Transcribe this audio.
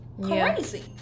Crazy